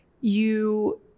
you-